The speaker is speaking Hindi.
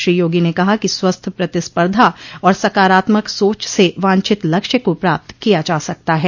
श्री योगी ने कहा कि स्वस्थ प्रतिस्पर्धा और सकारात्मक सोच से वांछित लक्ष्य को प्राप्त किया जा सकता है